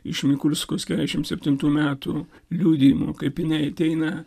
iš mikulskos keturiasdešimt septintų metų liudijimų kaip jinai ateina